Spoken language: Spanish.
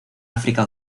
áfrica